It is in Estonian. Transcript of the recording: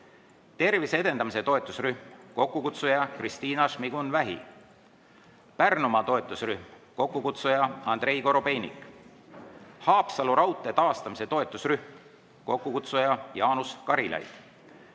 tervise edendamise toetusrühm, kokkukutsuja Kristina Šmigun-Vähi; Pärnumaa toetusrühm, kokkukutsuja Andrei Korobeinik; Haapsalu raudtee taastamise toetusrühm, kokkukutsuja Jaanus Karilaid;